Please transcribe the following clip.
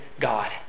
God